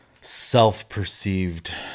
self-perceived